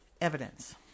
Evidence